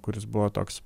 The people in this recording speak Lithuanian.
kuris buvo toks